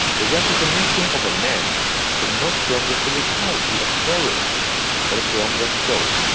the recognition of a man is not from the physicality appearance but from the soul.